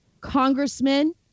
Congressman